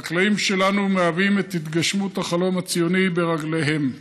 החקלאים שלנו מהווים את התגשמות החלום הציוני ברגליהם,